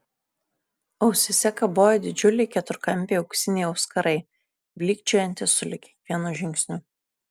ausyse kabojo didžiuliai keturkampiai auksiniai auskarai blykčiojantys sulig kiekvienu žingsniu